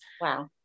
Wow